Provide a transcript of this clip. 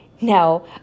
Now